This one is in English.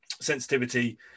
sensitivity